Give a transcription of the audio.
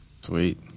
Sweet